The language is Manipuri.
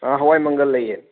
ꯑꯥ ꯍꯋꯥꯏ ꯃꯪꯒꯟ ꯂꯩꯌꯦ